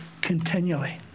continually